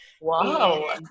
Wow